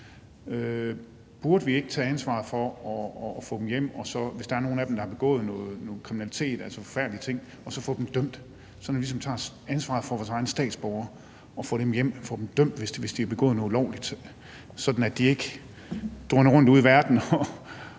Burde vi ikke tage ansvar for at få dem hjem, og, hvis der er nogen af dem, der har begået noget kriminalitet, altså forfærdelige ting, så få dem dømt, sådan at vi tager ansvaret for vores egne statsborgere og får dem hjem og får dem dømt, hvis de har begået noget ulovligt, så de ikke drøner rundt ude i verden og